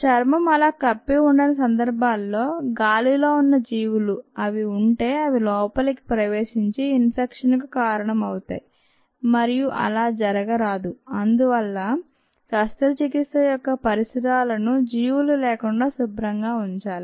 చర్మం అలా కప్పి ఉండని సందర్భాలలో గాలిలో ఉన్న జీవులు అవి ఉంటే అవి లోపలికి ప్రవేశించి ఇన్ఫెక్షన్ కు కారణం అవుతాయి మరియు అలా జరగరాదు అందువల్ల శస్త్రచికిత్స యొక్క పరిసరాలను జీవులు లేకుండా శుభ్రంగా ఉంచాలి